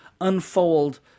unfold